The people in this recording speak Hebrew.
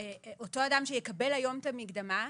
שאותו אדם שיקבל היום את המקדמה,